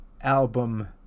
album